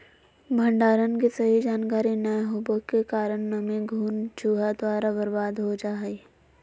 भंडारण के सही जानकारी नैय होबो के कारण नमी, घुन, चूहा द्वारा बर्बाद हो जा हइ